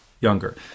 younger